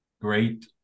great